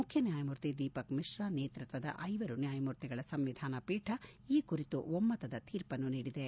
ಮುಖ್ಯ ನ್ಯಾಯಮೂರ್ತಿ ದೀಪಕ್ ಮಿಶಾ ನೇತೃತ್ತದ ಐವರು ನ್ಯಾಯಮೂರ್ತಿಗಳ ಸಂವಿಧಾನಪೀಠ ಈ ಕುರಿತು ಒಮ್ನತದ ತೀರ್ಪನ್ನು ನೀಡಿದೆ